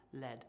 led